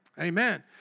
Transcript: Amen